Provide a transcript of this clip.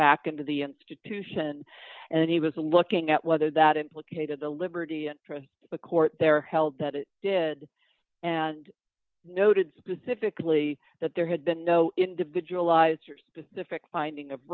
back into the institution and he was looking at whether that implicated the liberty and the court there held that it did and noted specifically that there had been no individualized your specific finding of